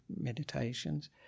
meditations